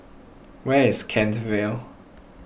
where is Kent Vale